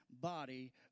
body